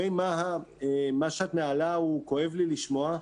מה שאת מעלה הוא כואב לי לשמוע.